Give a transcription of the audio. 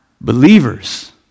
believers